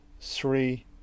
three